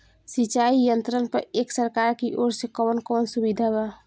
सिंचाई यंत्रन पर एक सरकार की ओर से कवन कवन सुविधा बा?